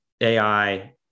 AI